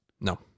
No